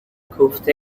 کوفته